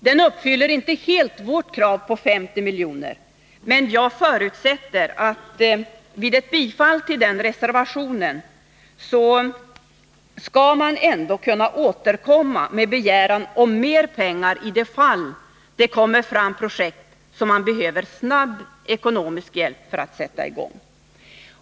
Den uppfyller inte helt vårt krav på 50 milj.kr., men jag förutsätter att vid ett bifall till den reservationen skall man ändå kunna återkomma med begäran om mer pengar i de fall det kommer fram projekt som man behöver snabb ekonomisk hjälp för att sätta i gång.